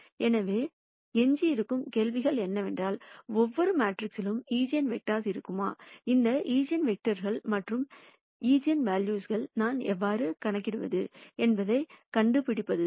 எனவே எஞ்சியிருக்கும் கேள்விகள் என்னவென்றால் ஒவ்வொரு மேட்ரிக்ஸிலும் ஈஜென்வெக்டர்கள்இருக்குமா இந்த ஈஜென்வெக்டர்கள் மற்றும் ஈஜென்வெல்யூஸ்க்களை நான் எவ்வாறு கணக்கிடுவது என்பதைக் கண்டுபிடிப்பதுதான்